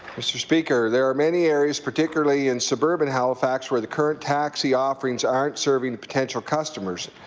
mr. speaker, there are many areas particularly in suburban halifax where the current taxi offerings aren't serving the potential customers.